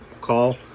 call